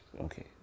Okay